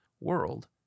World